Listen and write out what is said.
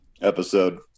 episode